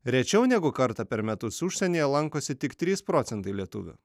rečiau negu kartą per metus užsienyje lankosi tik trys procentai lietuvių